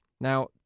Now